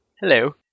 Hello